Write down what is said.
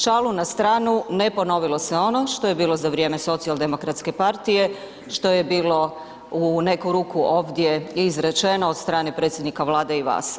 Šalu na stranu, ne ponovilo se ono što je bilo za vrijeme socijaldemokratske partije, što je bilo u neku ruku ovdje i izrečeno od strane predsjednika Vlade i vas.